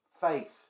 faith